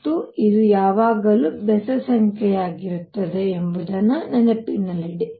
ಮತ್ತು ಇದು ಯಾವಾಗಲೂ ಬೆಸ ಸಂಖ್ಯೆಯಾಗಿರುತ್ತದೆ ಎಂಬುದನ್ನು ನೆನಪಿನಲ್ಲಿಡಿ